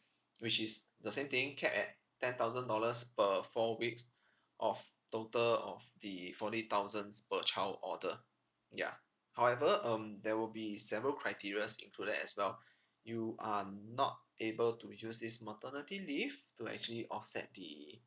which is the same thing cap at ten thousand dollars per four weeks of total of the forty thousands per child order ya however um there will be several criterias included as well you are not able to use this maternity leave to actually offset the